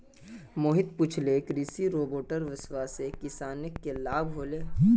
मोहन पूछले कि कृषि रोबोटेर वस्वासे किसानक की लाभ ह ले